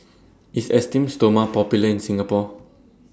IS Esteem Stoma Popular in Singapore